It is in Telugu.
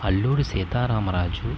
అల్లూరి సీతారామ రాజు